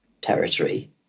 territory